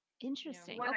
interesting